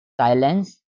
silence